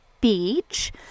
beach